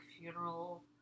Funeral